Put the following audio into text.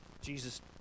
Jesus